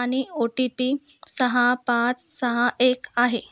आणि O T P सहा पाच सहा एक आहे